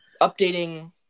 updating